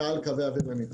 ק.א.ל קווי אוויר ומטען.